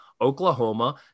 Oklahoma